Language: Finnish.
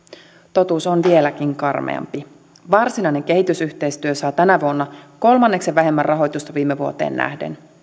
totuus on vieläkin karmeampi varsinainen kehitysyhteistyö saa tänä vuonna kolmanneksen vähemmän rahoitusta viime vuoteen nähden